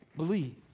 Believe